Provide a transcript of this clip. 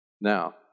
Now